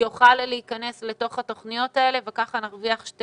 יוכל להיכנס לתוך התוכניות האלה וגם נרוויח שתי